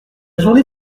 journée